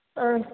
आ